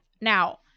now